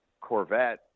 Corvette